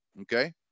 okay